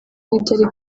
n’ibyari